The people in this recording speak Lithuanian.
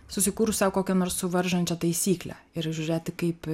susikūrus sau kokią nors suvaržančią taisyklę ir žiūrėti kaip